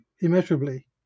immeasurably